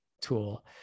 tool